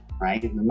right